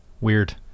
Weird